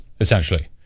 essentially